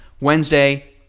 Wednesday